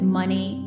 money